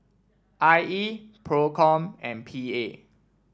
I E Procom and P A